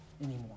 anymore